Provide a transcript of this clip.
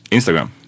Instagram